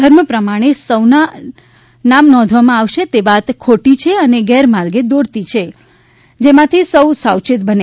ધર્મ પ્રમાણે સૌના નોંધવામાં આવશે એ વાત ખોટી છે અને ગેરમાર્ગે દોરતી વાત છે જેનાથી સૌ સાવચેત બને